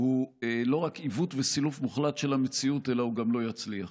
הוא לא רק עיוות וסילוף מוחלט של המציאות אלא הוא גם לא יצליח.